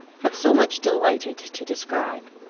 have so much delighted to describe.